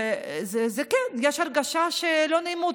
וכן, יש הרגשה של אי-נעימות.